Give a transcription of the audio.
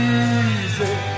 easy